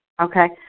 Okay